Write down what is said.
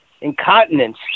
Incontinence